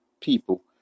people